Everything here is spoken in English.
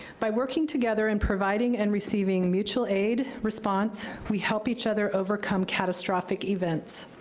by working together and providing and receiving mutual aid response, we help each other overcome catastrophic events.